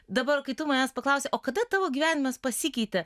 dabar kai tu manęs paklausei o kada tavo gyvenimas pasikeitė